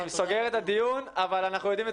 אני סוגר את הדיון אבל אנחנו יודעים את